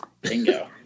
Bingo